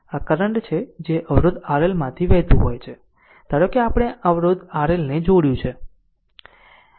આ કરંટ છે જે અવરોધ RL માંથી વહેતું હોય છે ધારો કે આપણે અવરોધ RL ને જોડ્યું છે